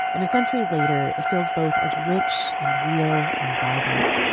and a century later. it feels both as rich and real and vibrant,